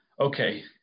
okay